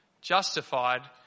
justified